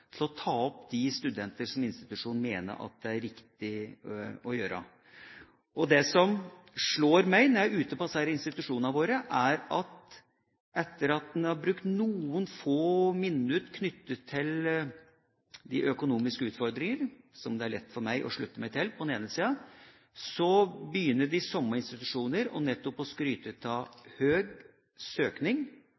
til å ta opp de studentene som institusjonen mener at det er riktig å ta opp. Det som slår meg når jeg er ute på disse institusjonene våre, er at etter at en har brukt noen få minutter knyttet til de økonomiske utfordringer, som det på den ene siden er lett for meg å slutte meg til, så begynner de samme institusjoner nettopp å skryte av